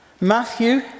Matthew